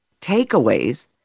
takeaways